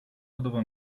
podoba